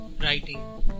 writing